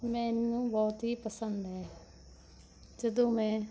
ਮੈਨੂੰ ਬਹੁਤ ਹੀ ਪਸੰਦ ਹੈ ਜਦੋਂ ਮੈਂ